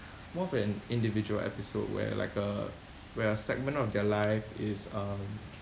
more of an individual episode where like a where a segment of their life is um